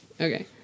okay